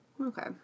Okay